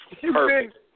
perfect